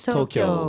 Tokyo